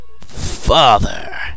Father